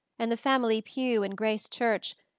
and the family pew in grace church,